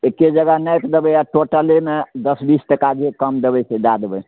एक्के जगह नापि देबै आ टोटलेमे दस बीस टाका जे कम देबै से दए देबै